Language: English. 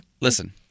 Listen